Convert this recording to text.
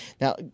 Now